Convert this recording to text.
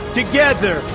together